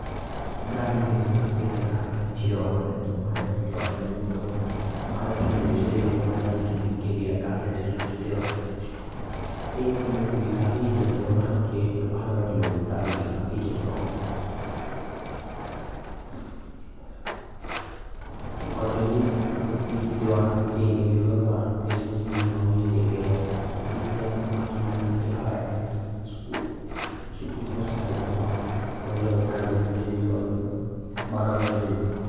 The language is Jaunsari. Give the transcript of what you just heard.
ब्राज़ील के संस्कृति काफ़ी अच्छा आ। ताइकाके संस्कृति भारत के नज़र से काफ़ी अच्छा आ। भारत के काफ़ी इज़त करा और भारत वादे काफ़ी इज़त करा।